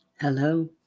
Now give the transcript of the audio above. hello